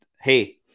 hey